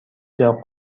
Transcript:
چراغ